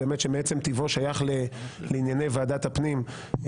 שמעצם טיבו שייך לענייני ועדת הפנים,